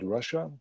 Russia